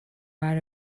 out